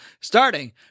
starting